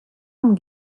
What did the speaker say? amb